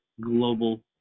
global